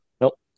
nope